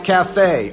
Cafe